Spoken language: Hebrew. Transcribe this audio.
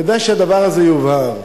כדאי שהדבר הזה יובהר.